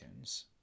iTunes